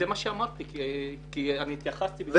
זה מה שאמרתי, אני התייחסתי לדבריו.